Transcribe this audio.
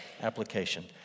application